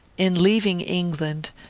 in leaving england,